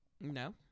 No